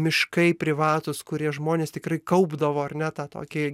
miškai privatūs kurie žmonės tikrai kaupdavo ar ne tą tokį